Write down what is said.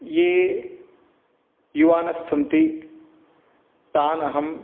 ये युवानस्सन्ति तानहं